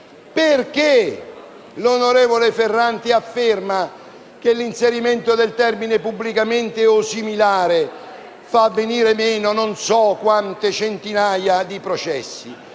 perché l'onorevole Ferranti afferma che l'inserimento del termine pubblicamente o similare fa venire meno non so quante centinaia di processi?